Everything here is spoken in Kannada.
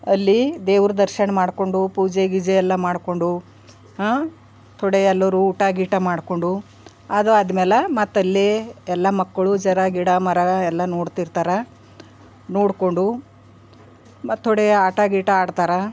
ಅಲ್ಲಿ ದೇವ್ರ ದರ್ಶನ್ ಮಾಡಿಕೊಂಡು ಪೂಜೆ ಗೀಜೆ ಎಲ್ಲ ಮಾಡಿಕೊಂಡು ಹಾಂ ಥೋಡೆ ಎಲ್ಲರು ಊಟ ಗೀಟ ಮಾಡಿಕೊಂಡು ಅದು ಆದ್ಮೇಲೆ ಮತ್ತಲ್ಲಿ ಎಲ್ಲ ಮಕ್ಕಳು ಝರ ಗಿಡ ಮರ ಎಲ್ಲ ನೋಡ್ತೀರ್ತಾರೆ ನೋಡಿಕೊಂಡು ಮತ್ತು ಥೋಡೆ ಆಟ ಗೀಟ ಆಡ್ತಾರೆ